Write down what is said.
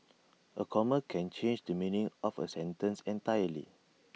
A comma can change the meaning of A sentence entirely